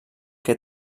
que